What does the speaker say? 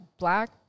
black